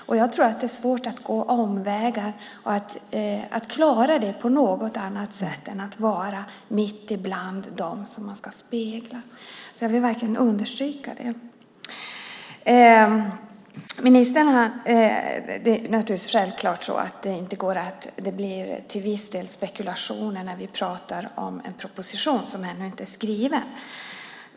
Jag tror att det är svårt att gå omvägar och att klara det på något annat sätt än genom att vara mitt ibland dem som man ska spegla. Jag vill verkligen understryka det. Det är självklart så att det till viss del blir spekulationer när vi pratar om en proposition som ännu inte är skriven.